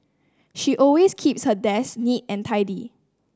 she always keeps her desk neat and tidy